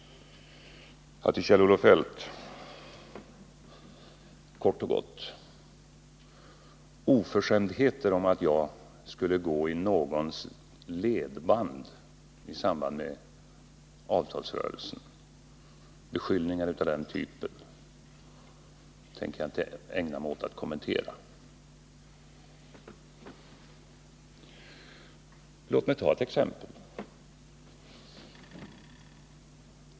Till Kjell-Olof Feldt vill jag kort och gott säga: Oförskämdheter om att jag skulle gå i någons ledband i samband med avtalsrörelsen och beskyllningar av den typen tänker jag inte ägna mig åt att kommentera. Låt mig ta ett exempel.